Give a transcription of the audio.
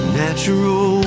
natural